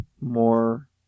more